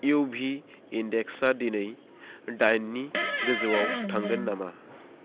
U भि इनदेक्सा दिनै दाइननि गोजौआव थांगोन नामा